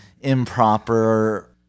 improper